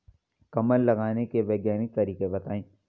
कमल लगाने के वैज्ञानिक तरीके बताएं?